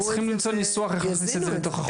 אתם צריכים למצוא ניסוח אותו נוכל להכניס לחוק.